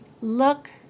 look